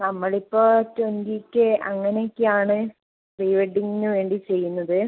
നമ്മളിപ്പോള് twenty K അങ്ങനെയൊക്കെയാണ് pre വെഡ്ഡിംഗിന് വേണ്ടി ചെയ്യുന്നത്